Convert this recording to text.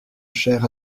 chair